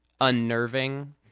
unnerving